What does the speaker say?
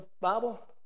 Bible